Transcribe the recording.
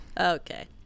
Okay